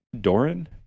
Doran